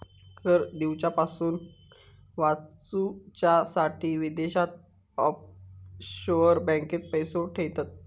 कर दिवच्यापासून वाचूच्यासाठी विदेशात ऑफशोअर बँकेत पैशे ठेयतत